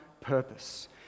purpose